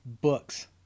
books